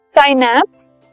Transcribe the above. synapse